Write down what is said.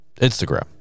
instagram